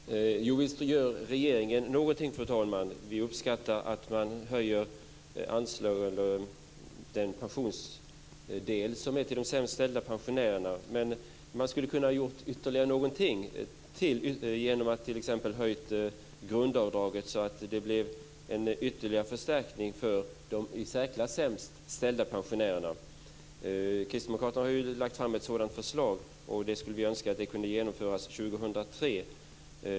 Fru talman! Visst gör regeringen någonting. Vi uppskattar att man höjer den del av pensionen som går till de sämst ställda pensionärerna. Men man hade kunnat göra ytterligare någonting genom att t.ex. höja grundavdraget så att det blev en ytterligare förstärkning för de i särklass sämst ställda pensionärerna. Kristdemokraterna har lagt fram ett sådant förslag och vi skulle önska att det kunde genomföras 2003.